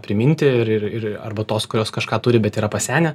priminti ir ir ir arba tos kurios kažką turi bet yra pasenę